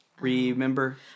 Remember